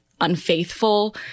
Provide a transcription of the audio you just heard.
unfaithful